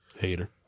Hater